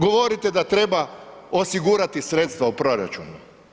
Govorite da treba osigurati sredstva u proračunu.